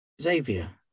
Xavier